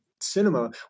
cinema